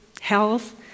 health